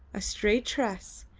a stray tress,